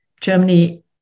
Germany